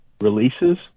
releases